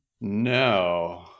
No